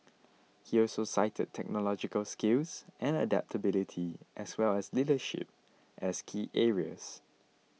he also cited technological skills and adaptability as well as leadership as key areas